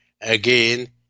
again